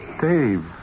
Dave